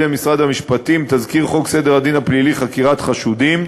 משרד המשפטים תזכיר חוק סדר הדין הפלילי (חקירת חשודים)